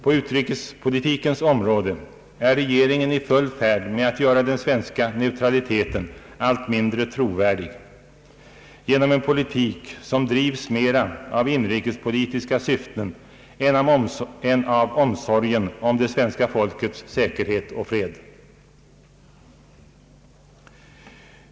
På utrikespolitikens område är regeringen i full färd med att göra den svenska neutraliteten allt mindre trovärdig genom en politik som drivs mera av inrikespolitiska syften än av omsorgen om det svenska folkets säkerhet och fred.